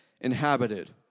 inhabited